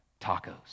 tacos